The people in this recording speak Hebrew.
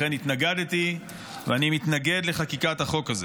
לכן התנגדתי ואני מתנגד לחקיקת החוק הזה,